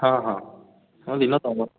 ହଁ ହଁ ହଁ ଦିନ ତୁମ